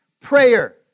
prayer